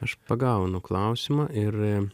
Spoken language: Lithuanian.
aš pagaunu klausimą ir